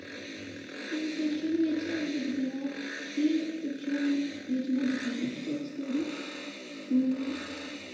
ते फिक्शन बिच्च अस दिखदे आं कि फिक्शन बिच्च में दिक्खी दी इक स्टोरी